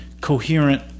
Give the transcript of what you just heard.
coherent